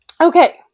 Okay